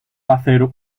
hacer